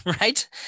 right